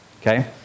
Okay